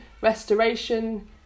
restoration